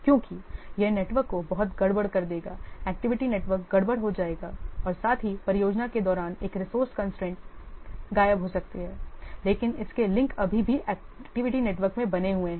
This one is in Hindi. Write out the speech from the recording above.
क्योंकि यह नेटवर्क को बहुत गड़बड़ कर देगा एक्टिविटी नेटवर्क गड़बड़ हो जाएगा और साथ ही परियोजना के दौरान एक रिसोर्से कंस्ट्रेंट गायब हो सकती है लेकिन इसके लिंक अभी भी एक्टिविटी नेटवर्क में बने हुए हैं